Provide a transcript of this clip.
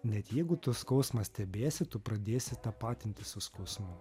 net jeigu tą skausmą stebiesi tu pradėsi tapatintis su skausmu